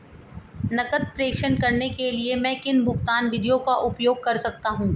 नकद प्रेषण करने के लिए मैं किन भुगतान विधियों का उपयोग कर सकता हूँ?